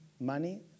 money